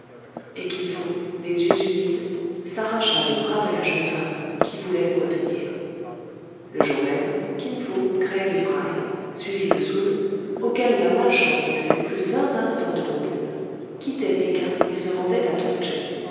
et kin fo les yeux humides s'arracha des bras de la jeune femme qui voulait le retenir le jour même kin fo craig et fry suivis de soun auquel la malchance ne laissait plus un instant de repos quittaient péking et se rendaient à